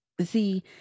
see